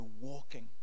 walking